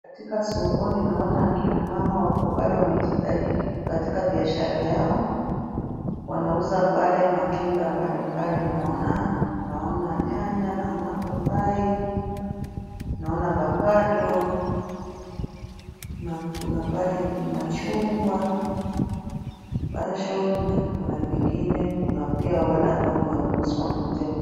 Katika sokoni naona akina mama wako pale wamejitahidi katika biashara yao, wanauza pale matunda mbalimbali. Naona nyanya, naona papai, naona avakado na kuna pale machungwa, passion na kuna vingine. Kuna pia wale ambao ni wanunuzi wamekuja kununua.